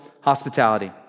hospitality